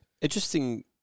Interesting